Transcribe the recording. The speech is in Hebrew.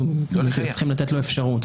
אנחנו צריכים לתת לו אפשרות.